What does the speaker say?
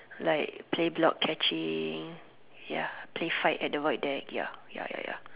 like play block catching ya play fight at the void deck ya ya ya ya